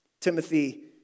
Timothy